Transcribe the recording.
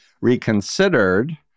Reconsidered